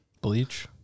bleach